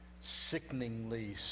sickeningly